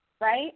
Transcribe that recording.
right